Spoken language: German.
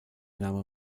name